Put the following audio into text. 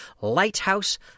Lighthouse